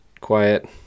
quiet